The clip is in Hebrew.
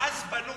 ואז בנו.